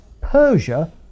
persia